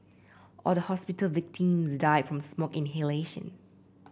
all the hospital victims died from smoke inhalation